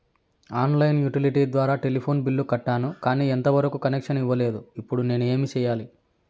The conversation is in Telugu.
ఆన్ లైను యుటిలిటీ ద్వారా టెలిఫోన్ బిల్లు కట్టాను, కానీ ఎంత వరకు కనెక్షన్ ఇవ్వలేదు, ఇప్పుడు నేను ఏమి సెయ్యాలి?